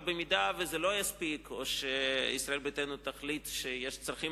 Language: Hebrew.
אבל אם זה לא יספיק או שישראל ביתנו תחליט שיש צרכים